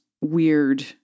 weird